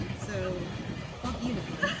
so fuck you nicole. yeah